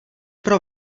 pro